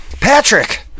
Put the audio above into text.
Patrick